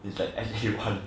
it's like S_A one